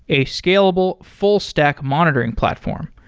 a scalable, full-stack monitoring platform.